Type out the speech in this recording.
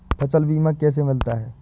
फसल बीमा कैसे मिलता है?